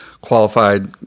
qualified